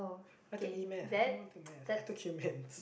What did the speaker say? I take E-math I never went to maths I took humans